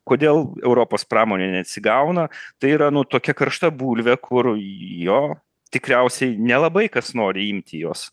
kodėl europos pramonė neatsigauna tai yra nu tokia karšta bulvė kur jo tikriausiai nelabai kas nori imti jos